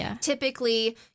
typically